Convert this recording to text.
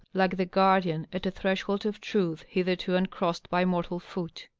like the guardian at a threshold of truth hitherto uncrcssed by mortal foot.